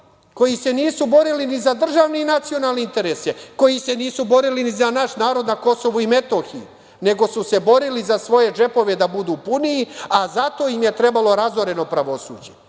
koji se nisu borili ni za državni ni nacionalne interese, koji se nisu borili ni za naš narod na KiM, nego su se borili za svoje džepove da budu puniji, a zato im je trebalo razoreno pravosuđe.E